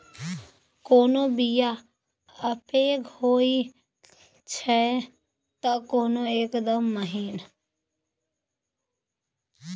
कोनो बीया पैघ होई छै तए कोनो एकदम महीन